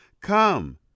Come